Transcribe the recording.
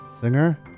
singer